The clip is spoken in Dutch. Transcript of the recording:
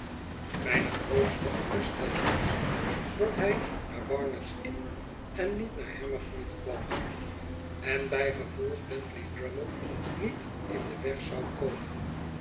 mijne grootste geruststelling was dat hij naar barnard's inn en niet naar hammersmith kwam en bij gevolg bentley drummle niet in den weg zou komen